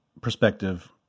perspective